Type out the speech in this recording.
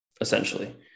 essentially